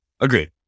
agreed